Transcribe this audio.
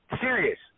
Serious